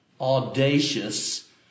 audacious